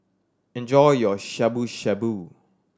enjoy your Shabu Shabu